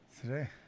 Today